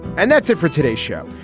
and that's it for today's show.